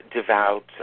devout